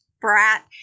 brat